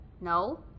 no